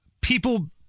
people